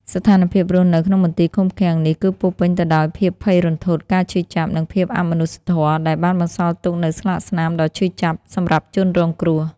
ស្ថានភាពរស់នៅក្នុងមន្ទីរឃុំឃាំងនេះគឺពោរពេញទៅដោយភាពភ័យរន្ធត់ ការឈឺចាប់ និងភាពអមនុស្សធម៌ ដែលបានបន្សល់ទុកនូវស្លាកស្នាមដ៏ឈឺចាប់សម្រាប់ជនរងគ្រោះ។